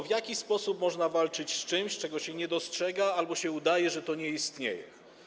W jaki sposób można walczyć z czymś, czego się nie dostrzega albo co do czego się udaje, że to nie istnieje?